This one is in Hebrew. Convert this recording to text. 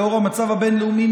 לאור המצב הבין-לאומי,